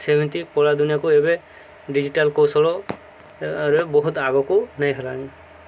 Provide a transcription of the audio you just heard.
ସେମିତି କଳା ଦୁନିଆକୁ ଏବେ ଡିଜିଟାଲ କୌଶଳରେ ବହୁତ ଆଗକୁ ନେଇ ହେଲାଣି